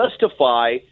justify